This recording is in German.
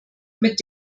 mit